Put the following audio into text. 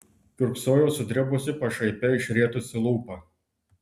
kiurksojo sudribusi pašaipiai išrietusi lūpą